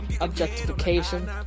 objectification